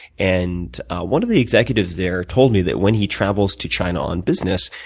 and one of the executives there told me that when he travels to china on business,